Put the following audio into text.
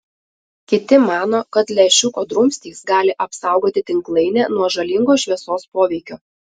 kiti mano kad lęšiuko drumstys gali apsaugoti tinklainę nuo žalingo šviesos poveikio